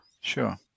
Sure